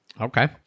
Okay